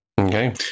Okay